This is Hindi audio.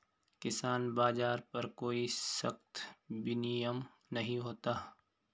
किसान बाज़ार पर कोई सख्त विनियम नहीं होता